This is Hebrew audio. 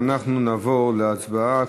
ואנחנו נעבור להצבעה.